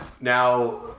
now